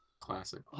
Classic